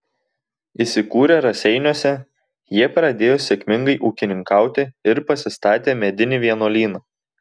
įsikūrę raseiniuose jie pradėjo sėkmingai ūkininkauti ir pasistatė medinį vienuolyną